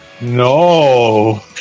no